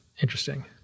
Interesting